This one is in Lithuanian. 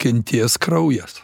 kentės kraujas